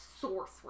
source